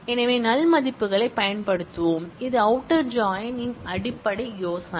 எனவே நல் மதிப்புகளைப் பயன்படுத்துவோம் இது அவுட்டர் ஜாயின் இன் அடிப்படை யோசனை